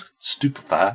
Stupefy